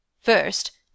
First